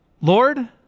Lord